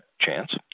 chance